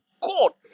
god